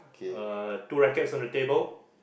uh two rackets on the table